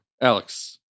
Alex